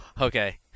okay